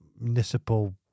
municipal